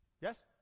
Yes